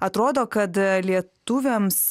atrodo kad lietuviams